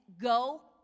go